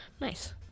Nice